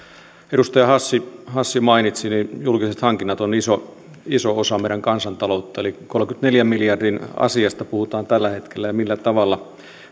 edustaja hassi hassi mainitsi julkiset hankinnat ovat iso osa meidän kansantaloutta eli kolmenkymmenenneljän miljardin asiasta puhutaan tällä hetkellä ja siitä millä tavalla